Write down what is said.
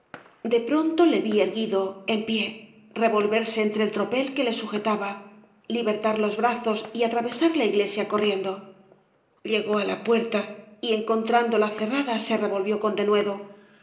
de pronto le vi erguido en pie revolverse entre el tropel que le sujetaba libertar los brazos y atravesar la iglesia corriendo llegó á la puerta y encontrándola cerrada se s obras devalle inclan s revolvió con denuedo